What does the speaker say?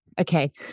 Okay